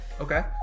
okay